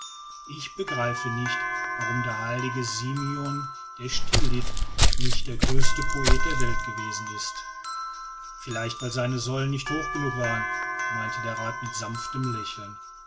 ich begreife nicht warum der heilige simeon der stylit nicht der größte poet der welt gewesen ist vielleicht weil seine säule nicht hoch genug war meinte der rath mit sanftem lächeln